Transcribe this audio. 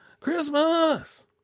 Christmas